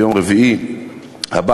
יום רביעי הבא,